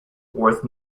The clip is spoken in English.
worth